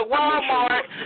Walmart